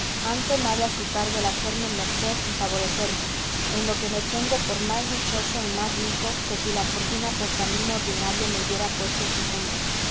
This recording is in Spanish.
han tomado a su cargo el hacerme merced y favorecerme en lo que me tengo por más dichoso y más rico que si la fortuna por camino ordinario me hubiera puesto en su cumbre